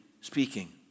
speaking